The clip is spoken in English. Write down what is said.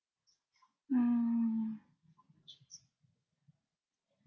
mm